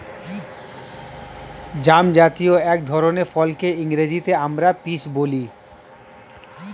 জামজাতীয় এক ধরনের ফলকে ইংরেজিতে আমরা পিচ বলি